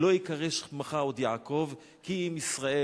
"לא יקרא שמך עוד יעקב כי אם ישראל".